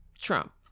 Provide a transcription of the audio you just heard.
Trump